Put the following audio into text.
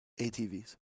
ATVs